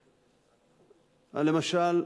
למשל,